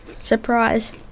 surprise